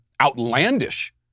outlandish